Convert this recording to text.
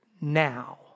now